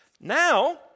Now